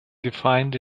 defined